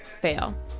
Fail